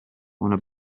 una